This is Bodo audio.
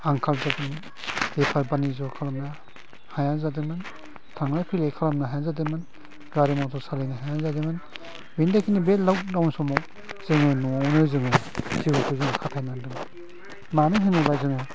आंखाल जादोंमोन बेफार फालांगि खालामनो हाया जादोंमोन थांलाय फैलाय खालामनो हाया जादोंमोन गारि मथर सालायनो हाया जादोंमोन बे लकडाउन समाव जोङो न'आवनो जोङो जेबो खालामनांदों मानो होनोब्ला जोङो